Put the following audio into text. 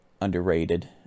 underrated